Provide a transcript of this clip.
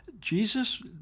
Jesus